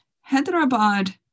Hyderabad